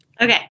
Okay